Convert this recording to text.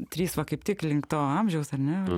trys va kaip tik link to amžiaus ar ne